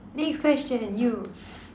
next question you